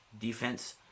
defense